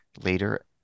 later